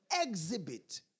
exhibit